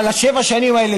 אבל שבע השנים האלה,